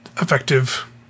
effective